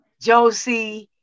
Josie